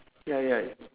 ya ya